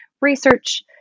research